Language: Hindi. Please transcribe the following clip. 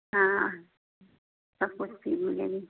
हाँ सब कुछ की मिलेगी